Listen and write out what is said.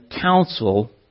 counsel